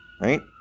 right